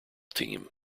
team